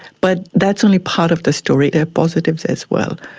but that's only part of the story, there are positives as well.